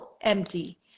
empty